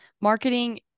marketing